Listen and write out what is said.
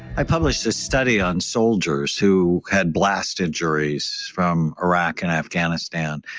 i published a study on soldiers who had blast injuries from iraq and afghanistan,